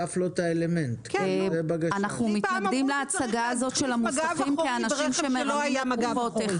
אנחנו מתנגדים להצגה האת של המוסכים כאנשים שמרמים לקוחות.